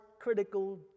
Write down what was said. critical